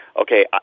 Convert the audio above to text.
okay